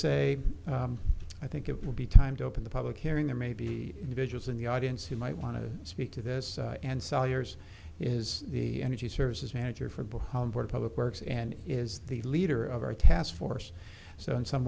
say i think it will be time to open the public hearing there may be individuals in the audience who might want to speak to this and sell yours is the energy services manager for both public works and is the leader of our task force so in some